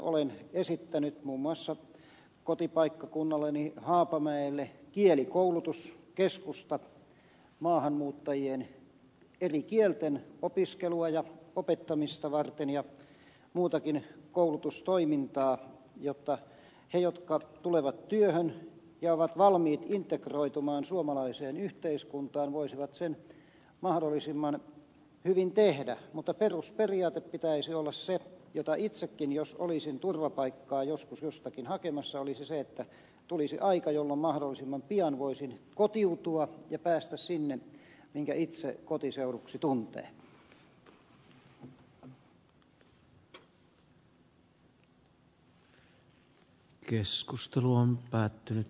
olen esittänyt muun muassa kotipaikkakunnalleni haapamäelle kielikoulutuskeskusta maahanmuuttajien eri kielten opiskelua ja opettamista varten ja muutakin koulutustoimintaa jotta ne jotka tulevat työhön ja ovat valmiit integroitumaan suomalaiseen yhteiskuntaan voisivat sen mahdollisimman hyvin tehdä mutta perusperiaatteen pitäisi olla se jota itsekin toivoisin jos olisin turvapaikkaa joskus jostakin hakemassa että tulisi aika jolloin mahdollisimman pian voisi kotiutua ja päästä sinne minkä itse kotiseuduksi tuntee